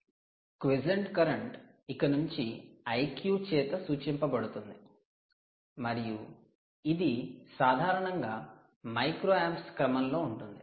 'quiescent current' 'Quiescent current' ఇక నుంచి Iq చేత సూచించబడుతుంది మరియు ఇది సాధారణంగా మైక్రోయాంప్స్ క్రమంలో ఉంటుంది